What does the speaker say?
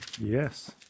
Yes